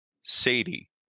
Sadie